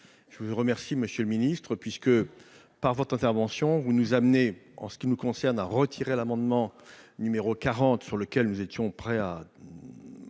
je vous remercie, Monsieur le Ministre, puisque par votre intervention, vous nous amenez en ce qui nous concerne, a retiré l'amendement numéro 40 sur lequel nous étions prêts à